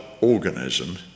organism